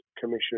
Commission